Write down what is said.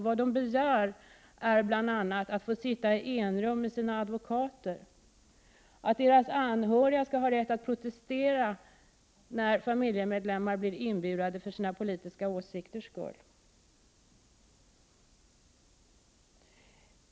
Vad de begär är bl.a. att få sitta i enrum med sina advokater och att deras anhöriga skall ha rätt att protestera när familjemedlemmar blir fängslade för sina politiska åsikters skull utan att själva bli satta i fängelse.